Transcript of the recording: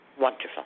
Wonderful